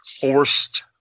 forced